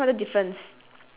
and the guy also